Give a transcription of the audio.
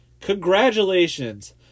Congratulations